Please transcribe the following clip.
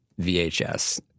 VHS